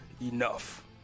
enough